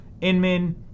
Inman